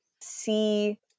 see